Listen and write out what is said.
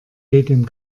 dem